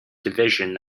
division